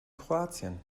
kroatien